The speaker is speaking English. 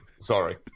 Sorry